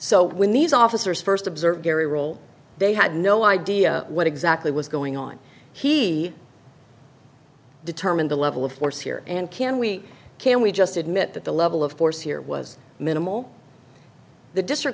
so when these officers first observed gary role they had no idea what exactly was going on he determine the level of force here and can we can we just admit that the level of force here was minimal the district